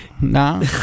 No